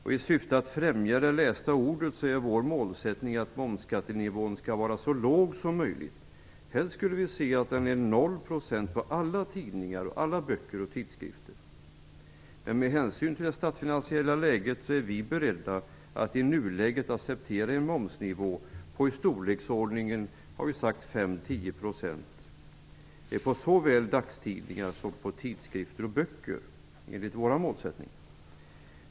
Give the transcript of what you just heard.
I syfte att främja det lästa ordet är vår målsättning att momsskattenivån skall vara så låg som möjligt. Helst skulle vi se att momsen är noll för alla tidningar, böcker och tidskrifter. Med hänsyn till det statsfinansiella läget är vi beredda att i nuläget acceptera en momsnivå på 5-10 % på såväl dagstidningar som tidskrifter och böcker.